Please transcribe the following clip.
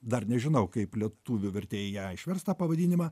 dar nežinau kaip lietuvių vertėjai ją išvers tą pavadinimą